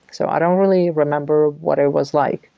so i don't really remember what it was like.